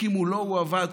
כי מולו הוא עבד,